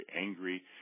angry